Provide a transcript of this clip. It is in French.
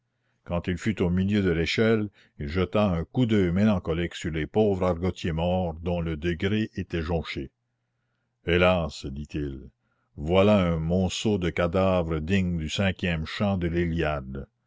quand il fut au milieu de l'échelle il jeta un coup d'oeil mélancolique sur les pauvres argotiers morts dont le degré était jonché hélas dit-il voilà un monceau de cadavres digne du cinquième chant de l'iliade